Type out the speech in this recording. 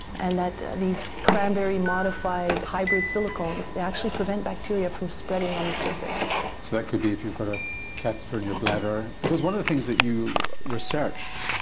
and that these cranberry-modified hybrid silicones, they actually prevent bacteria from spreading on the surface. so that could be if you've got a catheter in your bladder, because one of the things that you research,